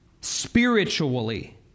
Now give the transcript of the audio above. spiritually